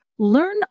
learn